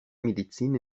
medizin